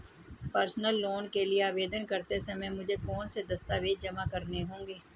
Personal loan के लिए आवेदन करते समय मुझे कौन से दस्तावेज़ जमा करने होंगे?